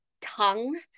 tongue